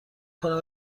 کنم